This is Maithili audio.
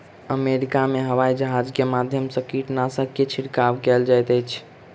अमेरिका में हवाईजहाज के माध्यम से कीटनाशक के छिड़काव कयल जाइत अछि